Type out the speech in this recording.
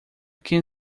can